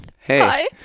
Hey